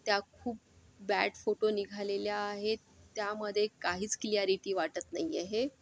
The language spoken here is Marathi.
त्या खूप बॅड फोटो निघालेल्या आहेत त्यामध्ये काहीच क्लियारिटी वाटत नाही आहे